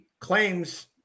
claims